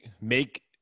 Make